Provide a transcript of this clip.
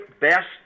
best